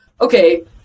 okay